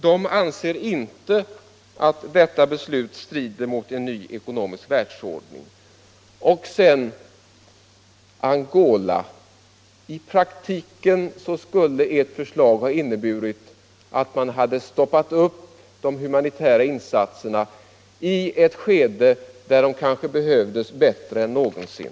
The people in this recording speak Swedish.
De anser inte att detta beslut strider mot en ny ekonomisk världsordning. Beträffande Angola skulle ert förslag i praktiken ha inneburit att man hade stoppat de humanitära insatserna i ett skede då de kanske behövdes bättre än någonsin.